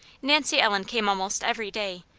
nancy ellen came almost every day,